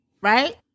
right